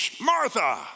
Martha